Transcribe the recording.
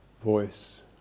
voice